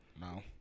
No